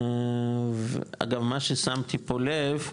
אגב, מה ששמתי פה לב,